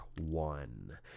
one